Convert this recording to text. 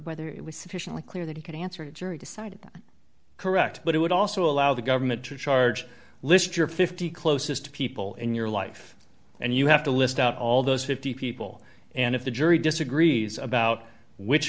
whether it was sufficiently clear that he could answer the jury decide correct but it would also allow the government to charge list your fifty closest people in your life and you have to list out all those fifty people and if the jury disagrees about which